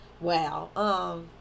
Wow